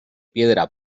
piedra